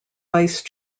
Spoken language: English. vice